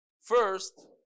First